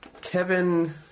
Kevin